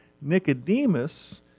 Nicodemus